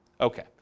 okay